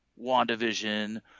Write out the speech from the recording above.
WandaVision